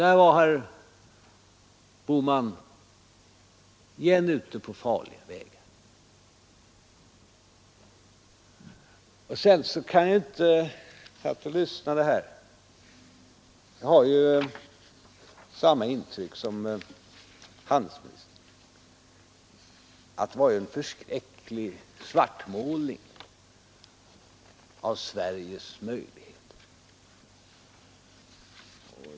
Där var herr Bohman åter ute på en farlig väg. När jag satt och lyssnade till herr Bohmans anförande fick jag samma intryck som handelsministern, nämligen att det var en förskräcklig svartmålning av Sveriges möjligheter.